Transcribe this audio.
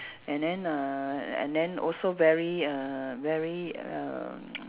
and then err and then also very err very err